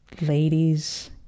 Ladies